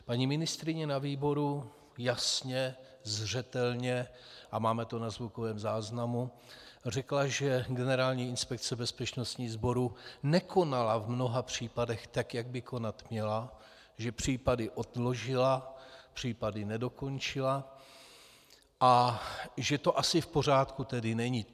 Paní ministryně na výboru jasně, zřetelně, a máme to na zvukovém záznamu, řekla, že Generální inspekce bezpečnostních sborů nekonala v mnoha případech tak, jak by konat měla, že případy odložila, případy nedokončila a že to asi v pořádku tedy není.